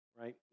right